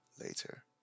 later